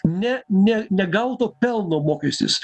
ne ne negauto pelno mokestis